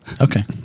Okay